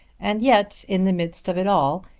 and, yet in the midst of it all,